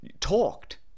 talked